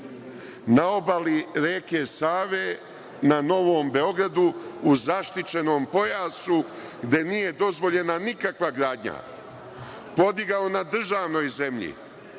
na obali reke Save na Novom Beogradu, u zaštićenom pojasu gde nije dozvoljena nikakva gradnja, podigao na državnoj zemlji